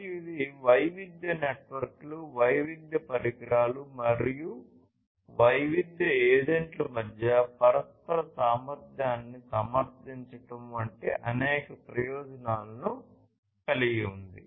మరియు ఇది వైవిధ్య నెట్వర్క్లు వైవిధ్య పరికరాలు మరియు వైవిధ్య ఏజెంట్ల మధ్య పరస్పర సామర్థ్యాన్ని సమర్థించడం వంటి అనేక ప్రయోజనాలను కలిగి ఉంది